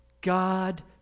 God